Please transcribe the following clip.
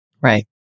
Right